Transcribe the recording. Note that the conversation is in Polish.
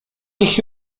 ich